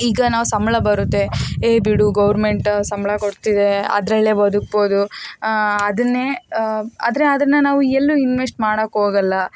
ಈಗ ನಾವು ಸಂಬಳ ಬರುತ್ತೆ ಏ ಬಿಡು ಗೌರ್ಮೆಂಟ್ ಸಂಬಳ ಕೊಡ್ತಿದೆ ಅದರಲ್ಲೇ ಬದುಕಬಹುದು ಅದನ್ನೇ ಆದರೆ ಅದನ್ನು ನಾವು ಎಲ್ಲೂ ಇನ್ವೆಸ್ಟ್ ಮಾಡೋಕ್ಕೋಗಲ್ಲ